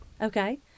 Okay